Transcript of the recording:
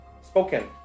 Spoken